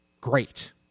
great